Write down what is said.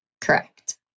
Correct